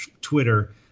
Twitter